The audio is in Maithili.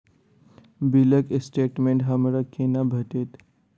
बिलक स्टेटमेंट हमरा केना भेटत?